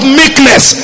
meekness